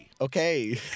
Okay